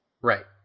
Right